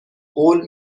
قول